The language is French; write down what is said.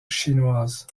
chinoise